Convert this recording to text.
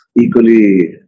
equally